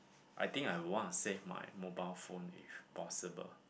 I think I would want to save my mobile phone if possible